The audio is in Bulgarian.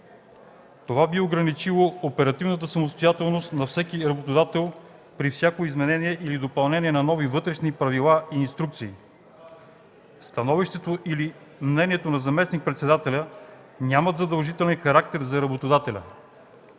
Това би ограничило оперативната самостоятелност на всеки работодател при всяко изменение или допълнение на нови вътрешни правила и инструкции. Становището или мнението на заместник-председателя няма задължителен характер за работодателя.